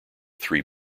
three